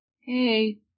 Hey